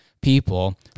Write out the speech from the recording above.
people